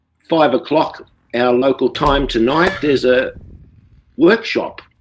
five o'clock and our local time tonight there's a workshop.